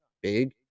big